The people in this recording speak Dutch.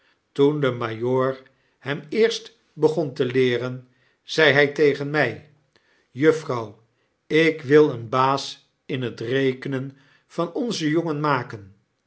toen de majoor hem eerst begon te leeren zei hy tegen my juffrouw ik wil een baas in het rekenen van onzen jongen maken